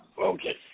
Okay